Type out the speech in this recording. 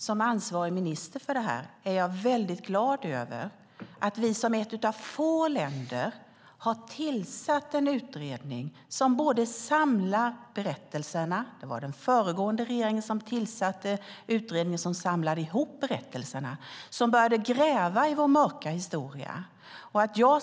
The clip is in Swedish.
Som ansvarig minister för det här är jag glad över att vi som ett av få länder har tillsatt utredningar som samlar berättelserna. Det var den föregående regeringen som tillsatte utredningen som samlade ihop berättelserna och började gräva i vår mörka historia.